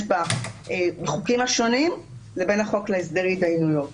בה בחוקים השונים לבין החוק להסדר התדיינויות